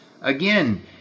Again